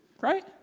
right